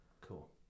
Cool